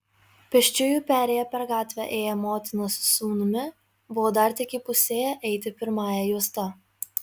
pėsčiųjų perėja per gatvę ėję motina su sūnumi buvo dar tik įpusėję eiti pirmąja juosta